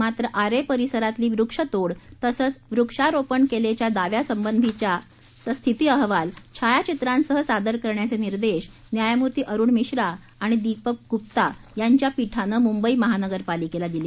मात्र आरे परिसरातली वृक्ष तोड तसंच वृक्षारोपण केल्याच्या दाव्यासंबंधीच्या छायाचित्रांसह स्थिती अहवाल सादर करण्याचे निर्देश न्यायमूर्ती अरूण मिश्रा आणि दीपक ग्प्ता यांच्या पीठानं मुंबई महानगरपालिकेला दिले